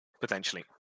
potentially